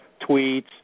tweets